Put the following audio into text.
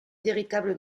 véritable